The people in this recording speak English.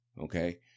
Okay